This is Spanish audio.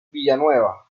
villanueva